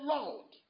Lord